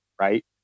right